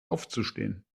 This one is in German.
aufzustehen